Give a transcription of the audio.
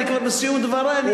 אני כמעט בסיום דברי.